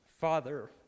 father